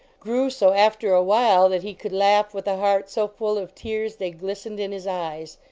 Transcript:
grew so, after awhile, that he could laugh with a heart so full of tears they glistened in his eyes.